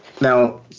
Now